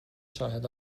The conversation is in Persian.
شاهد